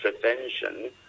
prevention